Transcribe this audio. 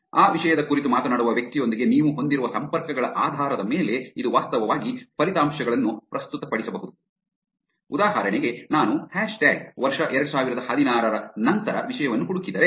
ಆ ವಿಷಯದ ಕುರಿತು ಮಾತನಾಡುವ ವ್ಯಕ್ತಿಯೊಂದಿಗೆ ನೀವು ಹೊಂದಿರುವ ಸಂಪರ್ಕಗಳ ಆಧಾರದ ಮೇಲೆ ಇದು ವಾಸ್ತವವಾಗಿ ಫಲಿತಾಂಶಗಳನ್ನು ಪ್ರಸ್ತುತಪಡಿಸಬಹುದು ಉದಾಹರಣೆಗೆ ನಾನು ಹ್ಯಾಶ್ ಟ್ಯಾಗ್ ವರ್ಷ 2016 ನಂತಹ ವಿಷಯವನ್ನು ಹುಡುಕಿದರೆ